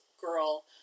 girl